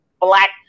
black